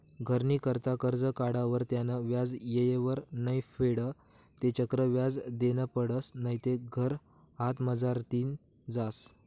घरनी करता करजं काढावर त्यानं व्याज येयवर नै फेडं ते चक्रवाढ व्याज देनं पडसं नैते घर हातमझारतीन जास